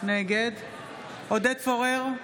נגד עודד פורר,